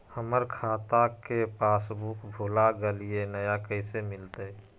हमर खाता के पासबुक भुला गेलई, नया कैसे मिलतई?